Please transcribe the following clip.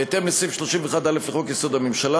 בהתאם לסעיף 31(א) לחוק-יסוד: הממשלה,